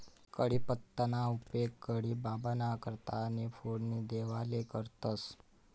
कढीपत्ताना उपेग कढी बाबांना करता आणि फोडणी देवाले करतंस